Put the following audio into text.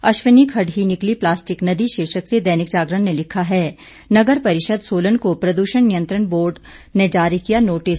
अश्विनी खडड ही निकली प्लास्टिक नदी शीर्षक से दैनिक जागरण ने लिखा है नगर परिषद सोलन को प्रदूषण नियंत्रण बोर्ड ने जारी किया नोटिस